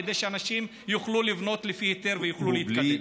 כדי שאנשים יוכלו לבנות לפי היתר ויוכלו להתקדם.